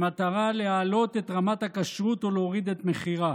במטרה להעלות את רמת הכשרות ולהוריד את מחירה.